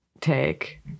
take